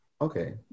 Okay